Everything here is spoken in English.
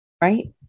right